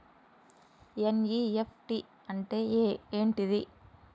NEFT అంటే ఏంటిది?